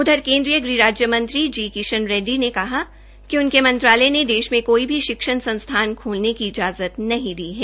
उधर केन्द्रीय गृह राज्य मंत्री जी किशन रेड्डी ने कहा है कि उनके मंत्रालय ने देश में कोई शिक्षण संसथान खोलने की इजाजत नहीं दी है